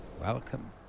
Welcome